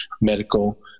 Medical